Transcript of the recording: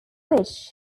which